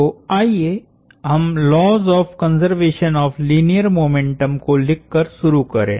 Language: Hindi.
तो आइए हम laws of conservation of linear momentum को लिखकर शुरू करें